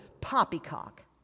Poppycock